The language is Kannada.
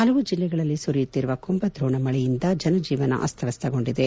ಹಲವು ಜಿಲ್ಲೆಗಳಲ್ಲಿ ಸುರಿಯುತ್ತಿರುವ ಕುಂಭದ್ರೋಣ ಮಳೆಯಿಂದ ಜನಜೀವನ ಅಸ್ತವ್ಯಸ್ತಗೊಂಡಿದೆ